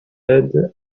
red